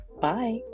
Bye